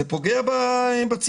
זה פוגע בציבור.